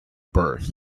birth